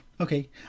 okay